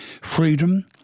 Freedom